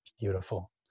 beautiful